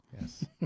Yes